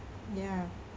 ya